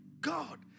God